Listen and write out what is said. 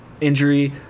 injury